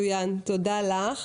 תודה לך.